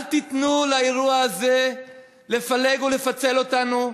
אל תיתנו לאירוע הזה לפלג ולפצל אותנו.